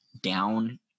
down